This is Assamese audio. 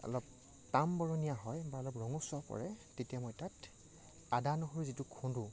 অলপ তাম বৰণীয়া হয় অলপ ৰঙচুৱা পৰে তেতিয়া মই তাত আদা নহৰু যিটো খুন্দো